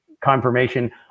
confirmation